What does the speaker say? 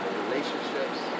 relationships